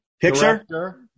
Picture